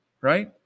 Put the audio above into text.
right